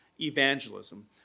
Evangelism